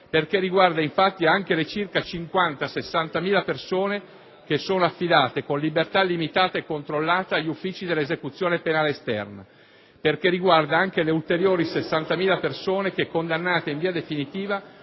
perché riguarda infatti anche le circa 50.000-60.000 persone affidate, con libertà limitata e controllata, agli Uffici dell'esecuzione penale esterna, perché riguarda anche le ulteriori 60.000 persone che, condannate in via definitiva,